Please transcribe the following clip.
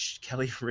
kelly